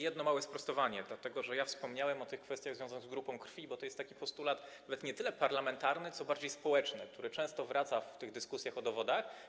Jedno małe sprostowanie, dlatego że wspomniałem o kwestiach związanych z grupą krwi, bo to jest postulat nie tyle parlamentarny, co raczej społeczny, który często wraca w dyskusjach o dowodach.